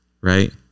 right